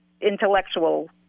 intellectual